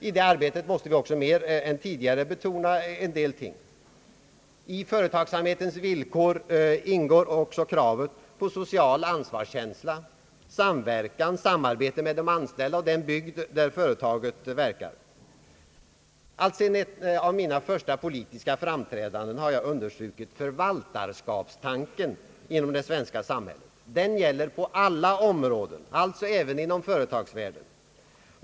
I det arbetet måste vi också mer än tidigare betona vissa ting. I företagsamhetens villkor ingår kravet på social ansvarskänsla, samverkan, samarbete med de anställda och den bygd där företaget verkar. Alltsedan ett av mina första politiska framträdanden har jag understrukit »förvaltarskapstanken» inom det svenska samhället. Den gäller på alla områden, alltså även inom företagsvärlden.